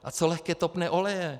A co lehké topné oleje?